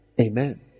Amen